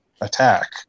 attack